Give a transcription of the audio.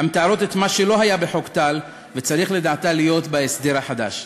המתארים את מה שלא היה בחוק טל וצריך לדעתה להיות בהסדר החדש: